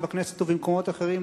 כאן בכנסת ובמקומות אחרים,